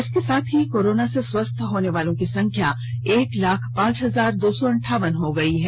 इसके साथ ही कोरोना से स्वस्थ होनेवालों की संख्या एक लाख पांच हजार दो सौ अंठावन हो गयी है